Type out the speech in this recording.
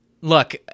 Look